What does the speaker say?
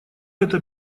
это